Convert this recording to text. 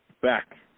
back